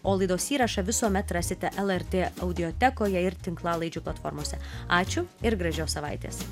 o laidos įrašą visuomet rasite lrt audiotekoje ir tinklalaidžių platformose ačiū ir gražios savaitės